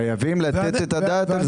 חייבים לתת את הדעת על כך,